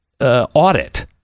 audit